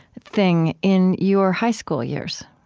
thing in your high school years,